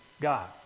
God